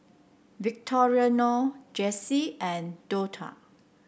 Victoriano Jessi and Dortha